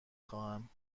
خواهم